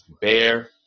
bear